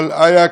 אבל איה,